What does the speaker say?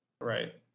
Right